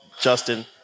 Justin